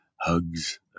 HUGS